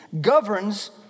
governs